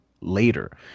later